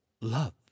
love